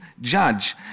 judge